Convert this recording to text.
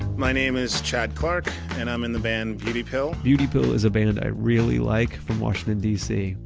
my name is chad clark and i'm in the band beauty pill beauty pill is a band i really like from washington d c.